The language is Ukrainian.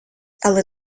але